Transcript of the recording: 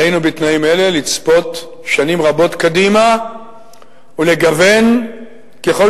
בתנאים אלה עלינו לצפות שנים רבות קדימה ולגוון ככל